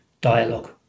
dialogue